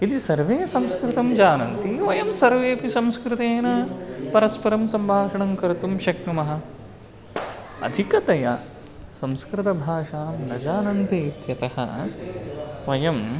यदि सर्वे संस्कृतं जानन्ति वयं सर्वेपि संस्कृतेन परस्परं सम्भाषणं कर्तुं शक्नुमः अधिकतया संस्कृतभाषां न जानन्ति इत्यतः वयम्